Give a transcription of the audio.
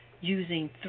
using